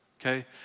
Okay